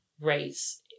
race